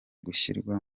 gushyirwa